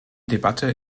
debatte